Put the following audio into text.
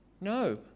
No